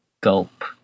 gulp